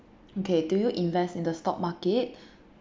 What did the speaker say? okay do you invest in the stock market